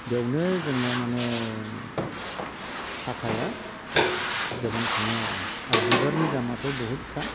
बेवनो जोंनिया माने थाखाया गोबां थाङो आरो आर बिबारनि दामाथ' बहुत खा